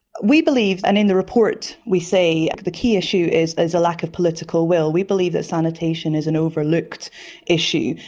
we believe and in the report we say the key issue is there's a lack of political will. we believe that sanitation is an overlooked issue.